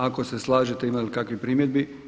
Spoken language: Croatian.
Ako se slažete ima li kakvi primjedbi?